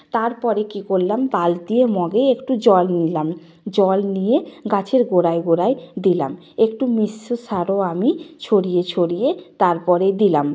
তারপরে কি করলাম বালতি ও মগে একটু জল নিলাম জল নিয়ে গাছের গোড়ায় গোড়ায় দিলাম একটু মিশ্র সারও আমি ছড়িয়ে ছড়িয়ে তারপরে দিলাম